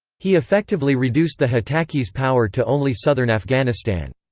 he effectively reduced the hotaki's power to only southern afghanistan.